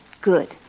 Good